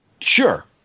Sure